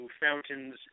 fountains